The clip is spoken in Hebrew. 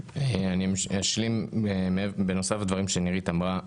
אני אשלים בנוסף לדברים שנאמרו